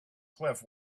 cliff